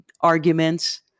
arguments